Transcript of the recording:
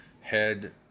Head